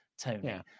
Tony